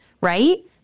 right